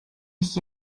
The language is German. mich